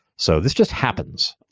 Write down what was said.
so this just happens.